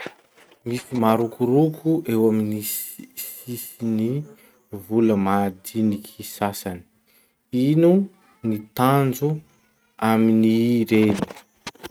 Misy marokoroko eo amin'ny si- sisin'ny vola madiniky sasany. Ino ny tanjo amin'ny reny?